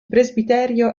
presbiterio